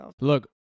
look